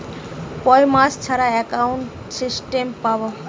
কয় মাস ছাড়া একাউন্টে স্টেটমেন্ট পাব?